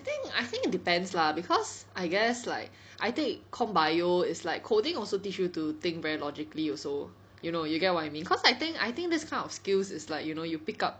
I think I think it depends lah cause I guess like I take comp bio is like coding also teach you to think very logically also you know you get what you mean cause I think I think this kind of skills is like you know you pick up